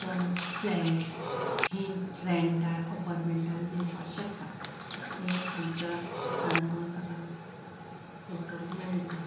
जावं फ्लेट्स ही रेंटान अपार्टमेंटां दिवपा शकता हें आमच्या काणकोणकारा लोकांक मेळटा